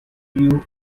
tiu